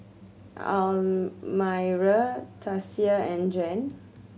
Almyra Tasia and Jann